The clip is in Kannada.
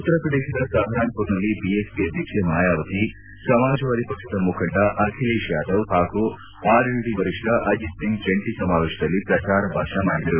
ಉತ್ತರ ಪ್ರದೇಶದ ಸಹರಾನ್ಪುರ್ನಲ್ಲಿ ಬಿಎಸ್ಪಿ ಅಧ್ಯಕ್ಷೆ ಮಾಯಾವತಿ ಸಮಾಜವಾದಿ ಪಕ್ಷದ ಮುಖಂಡ ಅಖಿಲೇಶ್ ಯಾದವ್ ಹಾಗೂ ಆರ್ಎಲ್ಡಿ ವರಿಷ್ಣ ಅಜಿತ್ ಸಿಂಗ್ ಜಂಟ ಸಮಾವೇತದಲ್ಲಿ ಪ್ರಚಾರ ಭಾಷಣ ಮಾಡಿದರು